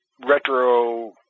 retro